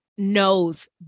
knows